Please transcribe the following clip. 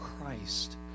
christ